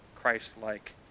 Christ-like